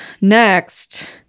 Next